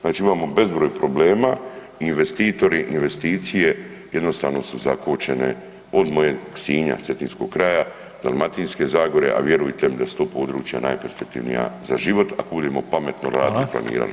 Znači imamo bezbroj problema i investitori i investicije jednostavno su zakočene, od mojeg Sinja, cetinskog kraja, Dalmatinske zagore, a vjerujte mi da su to područja najperspektivnija za život, ako budemo pametno radili i planirali.